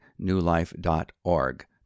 newlife.org